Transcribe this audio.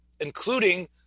including